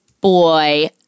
boy